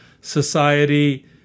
Society